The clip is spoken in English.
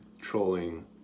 trolling